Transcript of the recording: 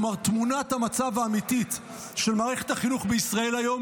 כלומר תמונת המצב האמיתית של מערכת החינוך בישראל היום